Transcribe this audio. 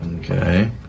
okay